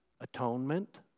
atonement